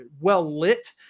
well-lit